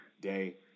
day